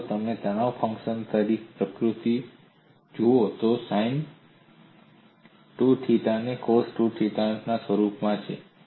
અને જો તમે તણાવ ફંક્શન ની પ્રકૃતિ જુઓ તે સાઈન 2 થીટા અને કોસ 2 થીટા ના રૂપમાં છે